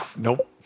Nope